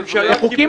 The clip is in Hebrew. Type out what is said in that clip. בחוקים